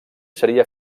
seria